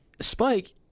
Spike